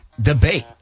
debate